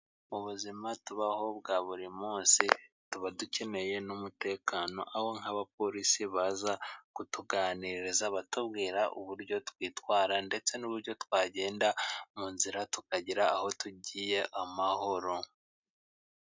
Mu buzima tubaho bwa buri munsi tuba dukeneye n'umutekano, aho nk'abapolisi baza kutuganiriza batubwira uburyo twitwara, ndetse n'uburyo twagenda mu nzira tukagira aho tugiye amahoro.